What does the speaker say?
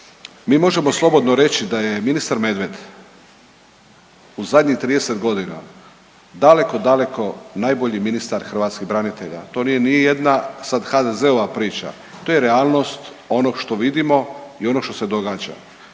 mi možemo slobodno reći da je ministar Medved u zadnjih 30 godina daleko, daleko najbolji ministar hrvatskih branitelja, to nije nijedna sad HDZ-ova priča, to je realnost onog što vidimo i onog što se događa.